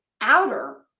outer